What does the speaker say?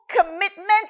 commitment